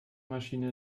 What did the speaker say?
maschine